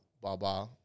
baba